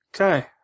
Okay